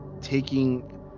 taking